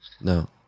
No